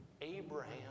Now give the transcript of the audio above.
Abraham